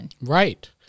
right